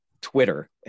Twitter